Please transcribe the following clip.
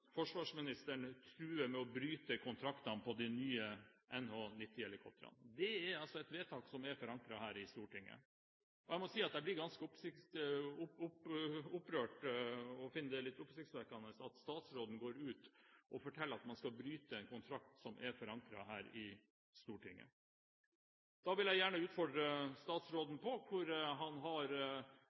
forsvarsministeren truer med å bryte kontraktene på de nye NH90-helikoptrene. Det er et vedtak som er forankret her i Stortinget, og jeg må si jeg blir ganske opprørt og finner det litt oppsiktsvekkende at statsråden går ut og forteller at man skal bryte en kontrakt som er forankret her i Stortinget. Da vil jeg gjerne utfordre statsråden på om han har